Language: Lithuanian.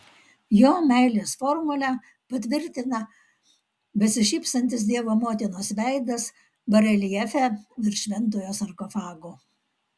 jo meilės formulę patvirtina besišypsantis dievo motinos veidas bareljefe virš šventojo sarkofago